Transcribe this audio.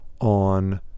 on